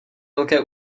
velké